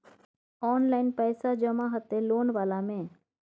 Online पैसा जमा हते लोन वाला में?